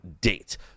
date